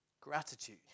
Gratitude